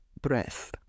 breath